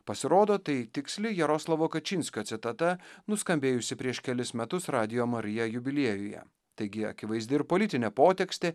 pasirodo tai tiksli jaroslavo kačinskio citata nuskambėjusi prieš kelis metus radijo marija jubiliejuje taigi akivaizdi ir politinė potekstė